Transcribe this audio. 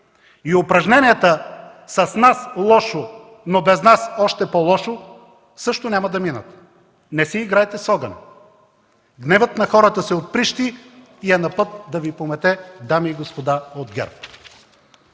Упражненията: „С нас лошо, но без нас – още по-лошо” също няма да минат. Не си играйте с огъня! Гневът на хората се отприщи и е на път да Ви помете, дами и господа от ГЕРБ!